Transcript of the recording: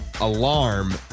alarm